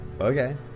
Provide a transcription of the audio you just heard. okay